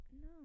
no